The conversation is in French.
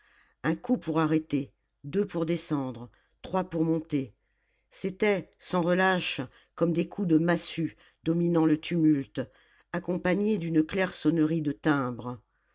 un coup pour arrêter deux pour descendre trois pour monter c'était sans relâche comme des coups de massue dominant le tumulte accompagnés d'une claire sonnerie de timbre